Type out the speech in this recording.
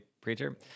preacher